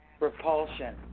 Repulsion